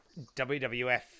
WWF